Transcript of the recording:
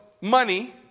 money